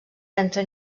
entre